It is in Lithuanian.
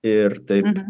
ir taip